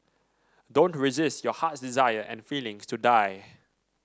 don't resist your heart's desire and feelings to die